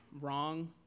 wrong